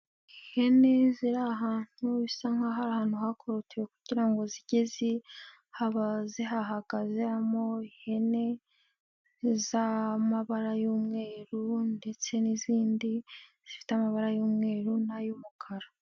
Ihene ziri ahantu bisa nk'aho ahantu hakorotiwe kugira ngo zijye zihaba zihahagazemo ihene z'amabara y'umweru ndetse n'izindi zifite amabara y'umweru n'ay'umukara.